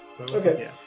Okay